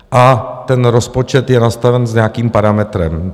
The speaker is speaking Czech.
A ten rozpočet je nastaven s nějakým parametrem.